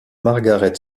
margaret